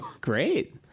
great